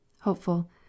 Hopeful